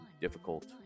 difficult